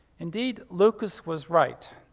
indeed, lucas was right,